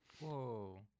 Whoa